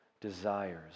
desires